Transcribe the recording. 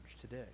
today